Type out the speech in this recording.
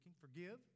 Forgive